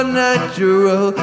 natural